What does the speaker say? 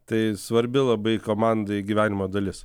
tai svarbi labai komandai gyvenimo dalis